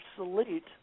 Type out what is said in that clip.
obsolete